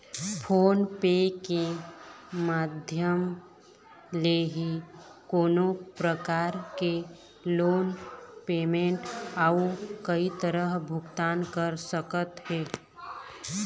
phone पे के माधियम ले ही कोनो परकार के लोन पेमेंट अउ कई तरह भुगतान कर सकत हे